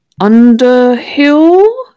Underhill